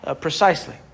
precisely